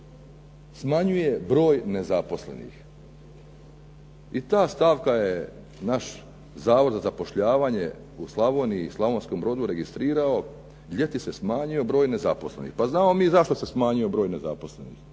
smanjuje broj nezaposlenih. I ta stavka je naš zavod za zapošljavanje u Slavoniji i Slavonskom brodu registrirao ljeti se smanjio broj nezaposlenih. Pa znamo mi zašto se smanjio broj nezaposlenih.